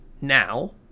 now